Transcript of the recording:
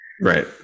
Right